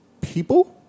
people